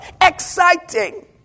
Exciting